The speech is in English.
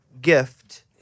gift